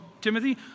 Timothy